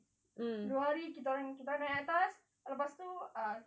dua hari kita orang kita orang naik atas lepas tu ah